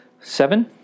Seven